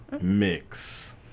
mix